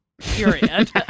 Period